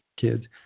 kids